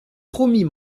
promis